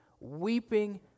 Weeping